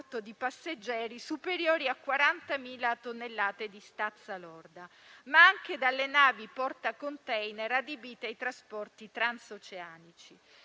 di passeggeri superiori a 40.000 tonnellate di stazza lorda, ma anche dalle navi portacontainer adibite ai trasporti transoceanici.